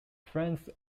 friends